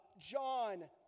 john